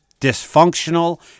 dysfunctional